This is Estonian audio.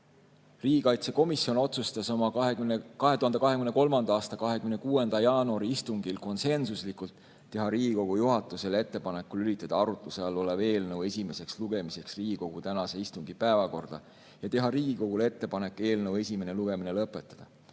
Riigikaitsekomisjon otsustas oma 2023. aasta 26. jaanuari istungil konsensuslikult teha Riigikogu juhatusele ettepaneku lülitada arutuse all olev eelnõu esimeseks lugemiseks Riigikogu tänase istungi päevakorda ja teha Riigikogule ettepanek eelnõu esimene lugemine lõpetada.